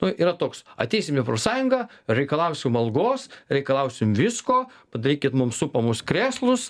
nu yra toks ateisim į profsąjungą reikalausim algos reikalausim visko padarykit mums supamus krėslus